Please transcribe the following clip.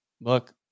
look